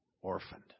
orphaned